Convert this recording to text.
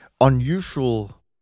unusual